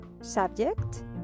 subject